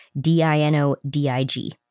D-I-N-O-D-I-G